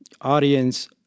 Audience